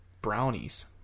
brownies